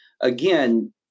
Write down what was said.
again